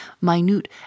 minute